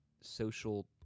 social